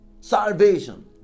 Salvation